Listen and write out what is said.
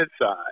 inside